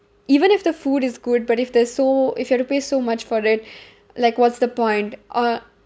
even if the food is good but if they're so if you have to pay so much for it like what's the point uh